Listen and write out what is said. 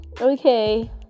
okay